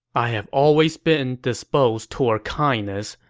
i have always been disposed toward kindness,